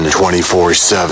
24-7